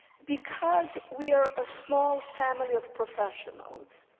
because we are a small family of professionals,